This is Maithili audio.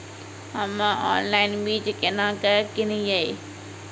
हम्मे ऑनलाइन बीज केना के किनयैय?